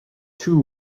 two